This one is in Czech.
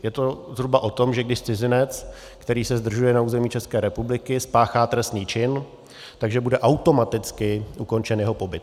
Je to zhruba o tom, že když cizinec, který se zdržuje na území České republiky, spáchá trestný čin, bude automaticky ukončen jeho pobyt.